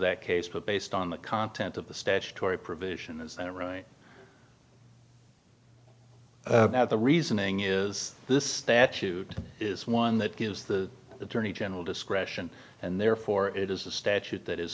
that case but based on the content of the statutory provision is that right now the reasoning is this statute is one that gives the attorney general discretion and therefore it is a statute that is